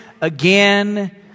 again